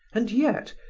and yet,